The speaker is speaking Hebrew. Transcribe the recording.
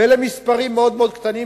ולמספרים מאוד מאוד קטנים,